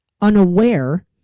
unaware